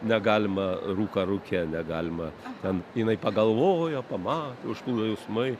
negalima rūką rūke negalima ten jinai pagalvojo pamato užplūdo jausmai